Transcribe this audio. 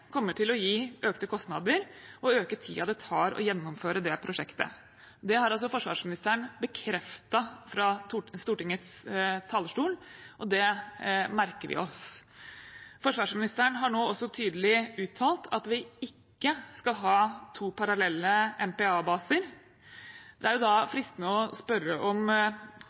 kommer til å gi økte kostnader og øke tiden det tar å gjennomføre det prosjektet. Det har altså forsvarsministeren bekreftet fra Stortingets talerstol, og det merker vi oss. Forsvarsministeren har nå også tydelig uttalt at vi ikke skal ha to parallelle MPA-baser. Det er jo da fristende å spørre om